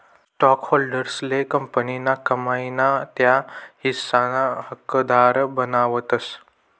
स्टॉकहोल्डर्सले कंपनीना कमाई ना त्या हिस्साना हकदार बनावतस